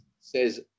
says